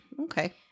Okay